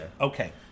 Okay